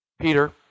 Peter